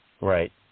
right